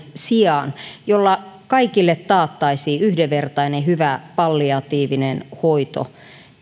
sijaan jolla kaikille taattaisiin yhdenvertainen hyvä palliatiivinen hoito